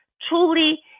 truly